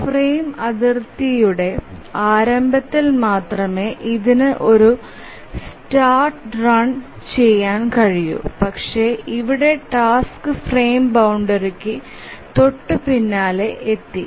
ഒരു ഫ്രെയിം അതിർത്തിയുടെ ആരംഭത്തിൽ മാത്രമേ ഇതിന് ഒരു സ്റ്റാർട്ട് റൺ ചെയാൻ കഴിയൂ പക്ഷേ ഇവിടെ ടാസ്ക് ഫ്രെയിം ബൌണ്ടറികു തൊട്ടുപിന്നാലെ എത്തി